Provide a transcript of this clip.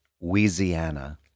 Louisiana